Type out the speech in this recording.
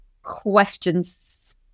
questions